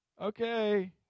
Okay